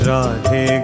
Radhe